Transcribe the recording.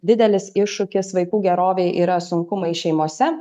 didelis iššūkis vaikų gerovei yra sunkumai šeimose